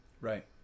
Right